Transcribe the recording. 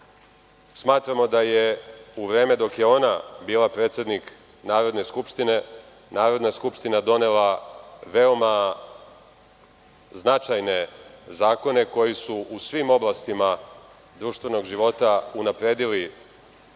Smatramo da je u vreme dok je ona bila predsednik Narodne skupštine, Narodna skupština donela veoma značajne zakone koji su u svim oblastima društvenog života unapredili